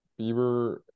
Bieber